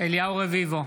אליהו רביבו,